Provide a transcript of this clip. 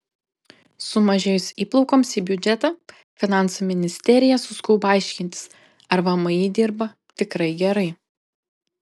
sumažėjus įplaukoms į biudžetą finansų ministerija suskubo aiškintis ar vmi dirba tikrai gerai